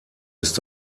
ist